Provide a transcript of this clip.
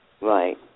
Right